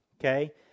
okay